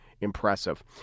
impressive